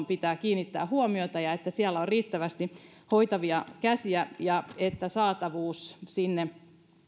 pitää kiinnittää huomiota heidän hoitonsa tasoon ja siihen että siellä on riittävästi hoitavia käsiä ja saatavuus